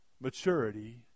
Maturity